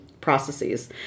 processes